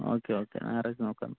okay okay ഞായറാഴ്ച്ച നോക്കാം എന്നാൽ